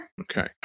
Okay